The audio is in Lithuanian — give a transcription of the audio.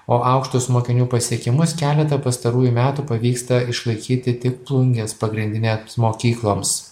o aukštus mokinių pasiekimus keletą pastarųjų metų pavyksta išlaikyti ti plungės pagrindinė mokykloms